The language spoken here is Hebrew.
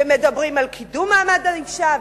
ומדברים על קידום מעמד האשה,